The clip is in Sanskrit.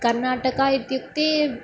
कर्नाटका इत्युक्ते